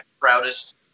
proudest